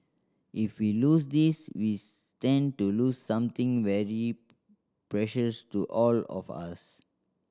if we lose this we stand to lose something very precious to all of us